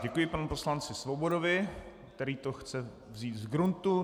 Děkuji panu poslanci Svobodovi, který to chce vzít zgruntu.